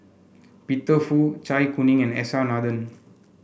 Peter Fu Zai Kuning and S R Nathan